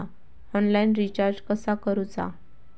Online recharge कसा करूचा?